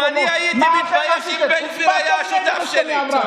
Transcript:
גם אני הייתי מתבייש אם בן גביר היה השותף שלי.